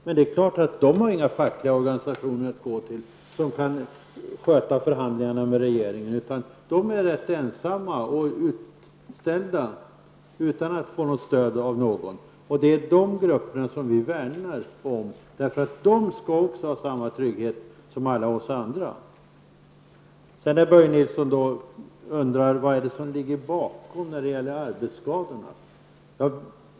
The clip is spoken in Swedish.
Men det är klart att de inte har några fackliga organisationer att gå till, som kan sköta förhandlingarna med regeringen. De är rätt ensamma, utan stöd av någon. Det är de grupperna som vi värnar om. De skall också ha samma trygghet som alla vi andra. Börje Nilsson undrar vad det är som ligger bakom när det gäller arbetsskadorna.